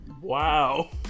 Wow